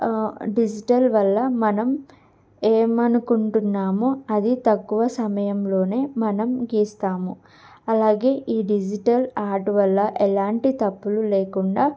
digital వల్ల మనం ఏమనుకుంటున్నామో అది తక్కువ సమయంలోనే మనం గీస్తాము అలాగే ఈ డిజిటల్ ఆర్ట్ వల్ల ఎలాంటి తప్పులు లేకుండా